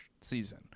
season